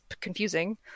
confusing